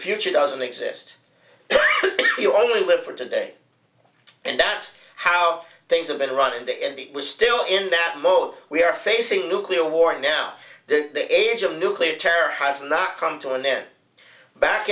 future doesn't exist you only live for today and that's how things have been run in the end it was still in that mode we are facing nuclear war now the age of nuclear terror has not come to an end back